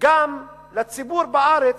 וגם לציבור בארץ,